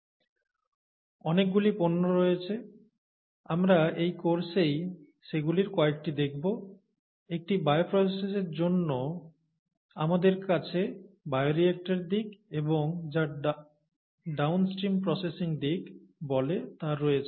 অনেকগুলি পণ্য রয়েছে আমরা এই কোর্সেই সেগুলির কয়েকটি দেখব একটি বায়োপ্রসেসের জন্য আমাদের কাছে বায়োরিয়্যাক্টর দিক এবং যা ডাউনস্ট্রিম প্রসেসিং দিক বলে তা রয়েছে